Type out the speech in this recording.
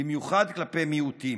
במיוחד כלפי מיעוטים.